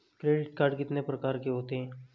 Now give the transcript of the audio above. Credit card कितने प्रकार के होते हैं?